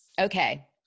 Okay